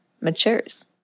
matures